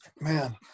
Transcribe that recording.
man